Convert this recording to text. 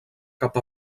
cap